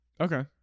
Okay